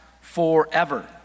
forever